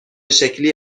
شکلی